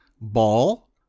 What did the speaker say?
ball